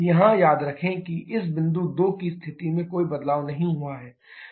यहां याद रखें कि इस बिंदु 2 की स्थिति में कोई बदलाव नहीं हुआ है